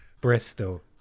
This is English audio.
Bristol